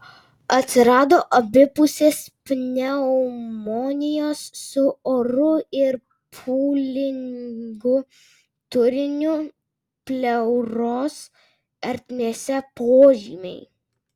atsirado abipusės pneumonijos su oru ir pūlingu turiniu pleuros ertmėse požymiai